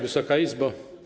Wysoka Izbo!